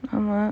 mm